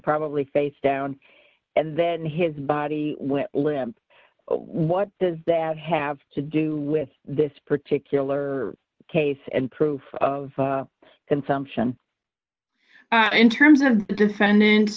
probably face down and then his body went limp what does that have to do with this particular case and proof of consumption in terms of the descendent